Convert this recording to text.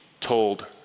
told